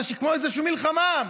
כמו איזושהי מלחמה.